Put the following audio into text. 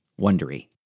Wondery